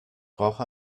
brauche